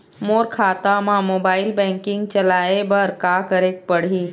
मोर खाता मा mobile banking चलाए बर का करेक पड़ही?